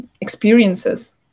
experiences